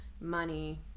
money